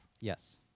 Yes